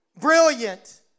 brilliant